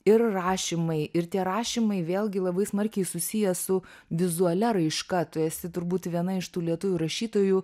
ir rašymai ir tie rašymai vėlgi labai smarkiai susiję su vizualia raiška tu esi turbūt viena iš tų lietuvių rašytojų